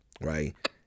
Right